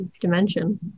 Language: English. dimension